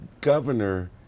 governor